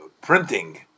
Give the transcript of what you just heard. printing